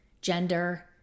gender